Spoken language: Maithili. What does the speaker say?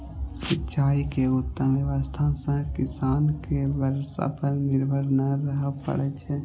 सिंचाइ के उत्तम व्यवस्था सं किसान कें बर्षा पर निर्भर नै रहय पड़ै छै